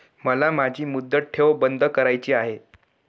मला माझी मुदत ठेव बंद करायची आहे